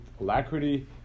alacrity